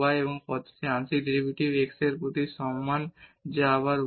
এবং এই পদটির আংশিক ডেরিভেটিভ x এর প্রতি 1 হবে